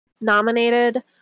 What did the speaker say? nominated